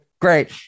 Great